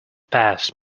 passed